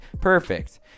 Perfect